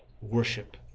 worship